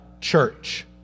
church